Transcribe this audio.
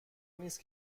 نیست